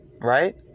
right